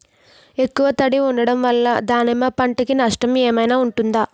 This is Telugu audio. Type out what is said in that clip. ఎక్కువ తడి ఉండడం వల్ల దానిమ్మ పంట కి నష్టం ఏమైనా ఉంటుందా?